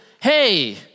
hey